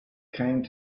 came